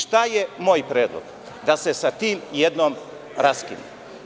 Šta je moj predlog da se sa timjednom raskine?